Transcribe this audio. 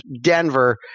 Denver